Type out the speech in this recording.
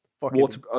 Water